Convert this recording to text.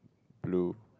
blue